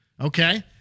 okay